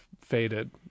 faded